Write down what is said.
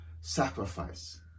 sacrifice